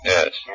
Yes